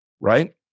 right